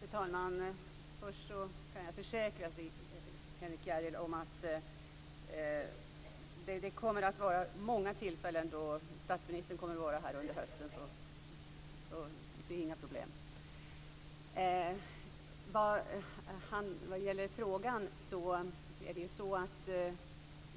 Fru talman! Jag kan försäkra Henrik S Järrel om att det under hösten kommer att bli många tillfällen då statsministern finns med här - det är alltså inget problem. Vad gäller det som här har frågats om så